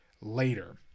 later